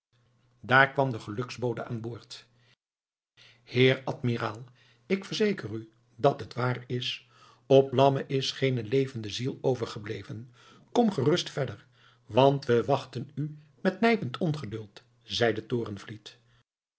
daar kwam de geluksbode aanboord heer admiraal ik verzeker u dat het waar is op lammen is geene levende ziel overgebleven kom gerust verder want we wachten u met nijpend ongeduld